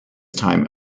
time